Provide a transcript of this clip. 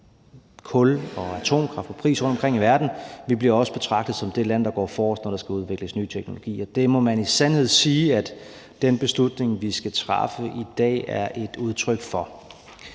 kul og atomkraft på pris rundtomkring i verden – vi bliver også betragtet som det land, der går forrest, når der skal udvikles ny teknologi. Og det må man i sandhed sige at den beslutning, vi skal træffe i dag, er et udtryk for.